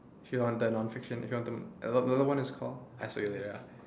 if you want the non fiction if you want to an~ another one is called I show you later ah